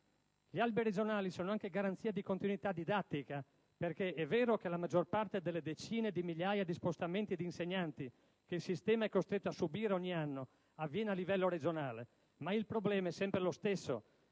Gli albi regionali sono anche garanzia di continuità didattica, perché è vero che la maggior parte delle decine di migliaia di spostamenti di insegnanti che il sistema è costretto a subire ogni anno avviene a livello regionale, ma il problema è sempre lo stesso: